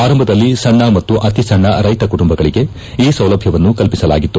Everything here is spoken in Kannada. ಆರಂಭದಲ್ಲಿ ಸಣ್ಣ ಮತ್ತು ಅತಿಸಣ್ಣ ರೈತ ಕುಟುಂಬಗಳಿಗೆ ಈ ಸೌಲಭ್ಯವನ್ನು ಕಲ್ಪಿಸಲಾಗಿತ್ತು